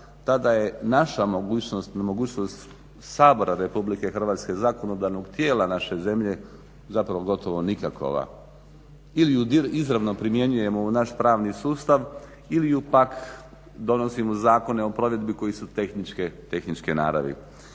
tada je naša mogućnost, mogućnost Sabora Republike Hrvatske, zakonodavnog tijela naše zemlje zapravo gotovo nikakva. Ili ju izravno primjenjujemo u naš pravni sustav ili ju pak, donosimo zakone o provedbi koji su tehničke naravi.